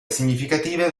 significative